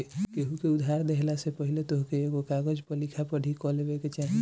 केहू के उधार देहला से पहिले तोहके एगो कागज पअ लिखा पढ़ी कअ लेवे के चाही